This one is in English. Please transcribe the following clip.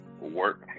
work